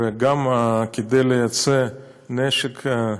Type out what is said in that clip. וגם, כדי לייצא נשק,